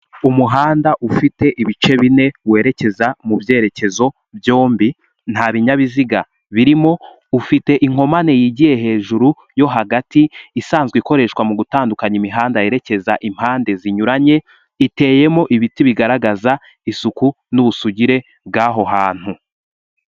Umuhanda ufite ibice bine werekeza mu byerekezo byombi, nta binyabiziga birimo, ufite inkomane yigiye hejuru yo hagati, isanzwe ikoreshwa mu gutandukanya imihanda yerekeza impande zinyuranye, iteyemo ibiti bigaragaza isuku n'ubusugire bw'aho hantu.